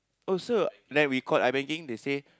oh so that we call iBanking they say